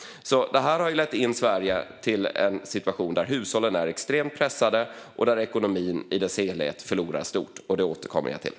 Det här har lett in Sverige i en situation där hushållen är extremt pressade och där ekonomin i sin helhet förlorar stort. Det återkommer jag till.